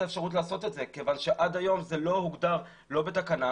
האפשרות לעשות את זה כיוון שעד היום זה לא הוגדר לא בתקנה,